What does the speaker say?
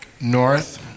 North